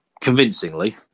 convincingly